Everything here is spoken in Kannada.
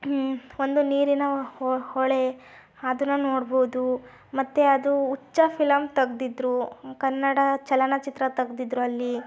ಒಂದು ನೀರಿನ ಹೊಳೆ ಅದನ್ನು ನೋಡ್ಬೋದು ಮತ್ತೆ ಅದು ಹುಚ್ಚ ಫಿಲಮ್ ತೆಗೆದಿದ್ರು ಕನ್ನಡ ಚಲನಚಿತ್ರ ತೆಗೆದಿದ್ರು ಅಲ್ಲಿ